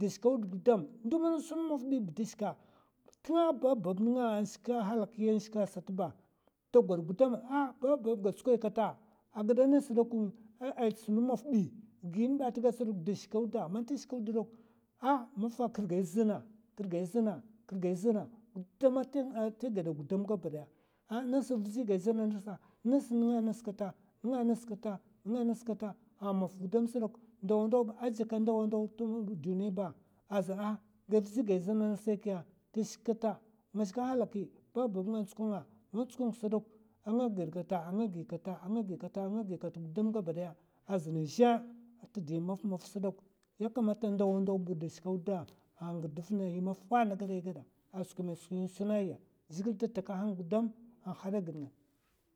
Dasa shikawd gudam, ndu mana sun mu maf bi ba da'shika tnga ba bab nènga shiks a halaki nshika sat ba ta gwad gudam ba bab ga tsukwai kata a gida ngas ɓokun a tsun mu maf bi gimè ba ta gad sdok, da shikaw daw manta shikawd dok, ah mafa kirgai zanakirgai zana, kirgai zana gudam ma tè gèdè, ah ngas vzi gai zana nasa, nas nènga nas kata, nènga nas kata a maf gudam sdok ndawa ndaw ba jaka ndawa ndaw tduniy ba azn ah gai vzi gè zana nasa kiya, tè shik kata nga shika halaki ba bab nga tsukwa nga, ntsukwan sdok a nga gèd kata, a nga gi kata, nga gi kata, nga gi kata gabadaya a zna zhè tdi maf maf sdok yakamat ndawa ndaw dè shikwa da a ngirrd gidn yi mafa na ngaɓa a ngaɓa man a suna ya, zhègil da takahan gudam a nga hada gèd nga.